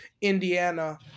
Indiana